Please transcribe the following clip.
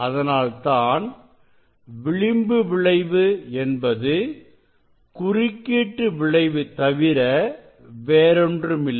அதனால்தான் விளிம்பு விளைவு என்பது குறுக்கீட்டு விளைவு தவிர வேறொன்றுமில்லை